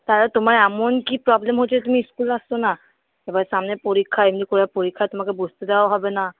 তাহলে তোমার এমন কি প্রবলেম হয়েছে তুমি স্কুলে আসছ না এবার সামনে পরীক্ষা এমনি করে পরীক্ষায় তোমাকে বসতে দেওয়াও হবে না